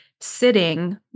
sitting